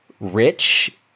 rich